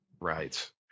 Right